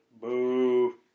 Boo